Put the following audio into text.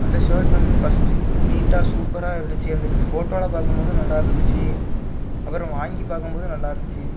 அந்த ஷேர்ட் வந்து ஃபஸ்ட்டு நீட்டாக சூப்பராக இருந்துச்சி அந்த ஃபோட்டோவில் பார்க்கும்போது நல்லா இருந்துச்சு அப்புறம் வாங்கிப் பார்க்கும்போது நல்லா இருந்துச்சு